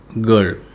girl